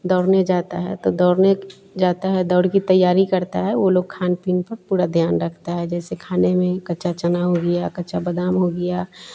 दौड़ने जाता है तो दौड़ने जाता है दौड़ की तैयारी करता है वे लोग खान पीन पर पूरा ध्यान रखते हैं जैसे खाने में कच्चा चना हो गया कच्चा बदाम हो गया